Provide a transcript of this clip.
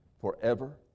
forever